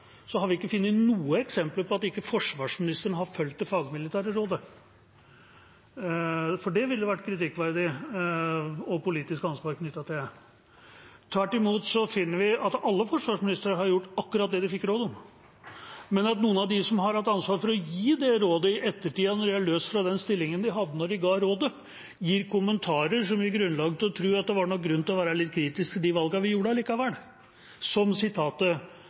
vi ikke har funnet noe eksempel på at forsvarsministeren ikke har fulgt det fagmilitære rådet. Det ville vært kritikkverdig, og det ville vært et politisk ansvar knyttet til det. Tvert imot finner vi at alle forsvarsministre har gjort akkurat det de fikk råd om, men at noen av dem som har hatt ansvar for å gi det rådet, i ettertid, når de har vært løst fra den stillingen de hadde da de ga rådet, gir kommentarer som gir grunn til å tro at det var grunn til å være litt kritisk til de valgene vi tok, allikevel, som sitatet